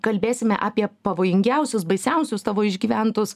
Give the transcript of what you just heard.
kalbėsime apie pavojingiausius baisiausius tavo išgyventus